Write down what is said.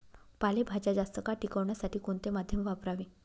पालेभाज्या जास्त काळ टिकवण्यासाठी कोणते माध्यम वापरावे?